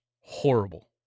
horrible